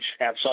outside